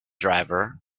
driver